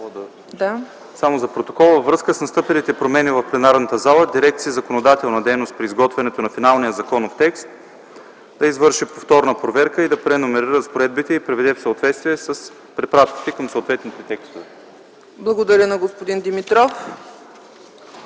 Благодаря на господин Димитров.